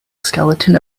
skeleton